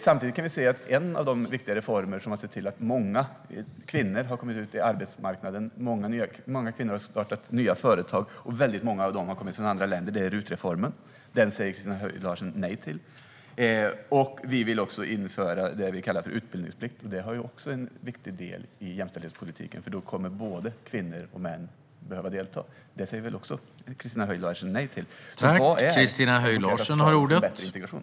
Samtidigt kan vi se att en av de viktiga reformer som har sett till att många kvinnor kommit ut på arbetsmarknaden, många kvinnor har startat nya företag, och väldigt många av dem har kommit från andra länder, RUT-reformen, säger Christina Höj Larsen nej till. Vi vill också införa det vi kallar för utbildningsplikt. Det är också en viktig del i jämställdhetspolitiken. Då kommer både kvinnor och män att behöva delta. Det säger väl Christina Höj Larsen också nej till.